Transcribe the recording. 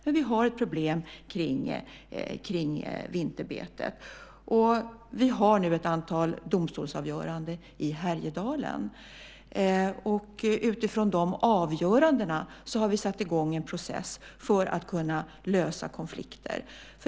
Men vi har ett problem kring vinterbetet. Vi har nu ett antal domstolsavgöranden i Härjedalen. Utifrån dessa avgöranden har vi satt i gång en process för att kunna lösa konflikter.